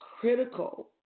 critical